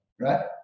right